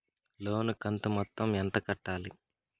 లోను కంతు మొత్తం ఎంత కట్టాలి?